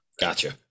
Gotcha